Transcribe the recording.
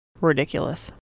ridiculous